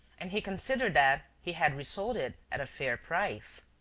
and he considered that he had re-sold it at a fair price.